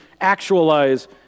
actualize